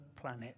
planet